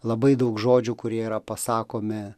labai daug žodžių kurie yra pasakomi